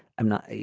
i'm not.